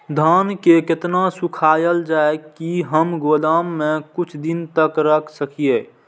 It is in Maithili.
धान के केतना सुखायल जाय की हम गोदाम में कुछ दिन तक रख सकिए?